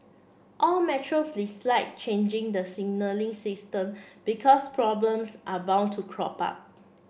all metros dislike changing the signalling system because problems are bound to crop up